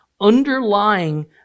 underlying